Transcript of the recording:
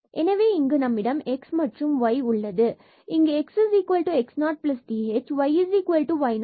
எனவே இங்கு நம்மிடம் x மற்றும் y உள்ளது இங்கு x x 0 th y y 0 tk ஆகும்